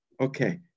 Okay